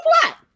plot